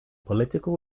political